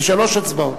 זה שלוש הצבעות.